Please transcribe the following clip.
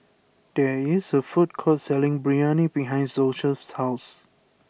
there is a food court selling Biryani behind Joeseph's house